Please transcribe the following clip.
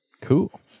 Cool